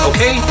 Okay